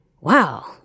Wow